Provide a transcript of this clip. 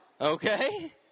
Okay